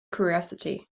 curiosity